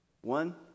one